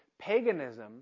paganism